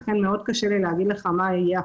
לכן קשה לי להגיד לך אחוזים.